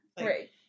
Right